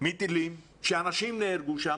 מטילים ואנשים נהרגו שם.